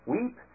Weep